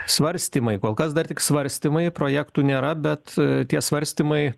svarstymai kol kas dar tik svarstymai projektų nėra bet tie svarstymai